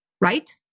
right